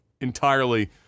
entirely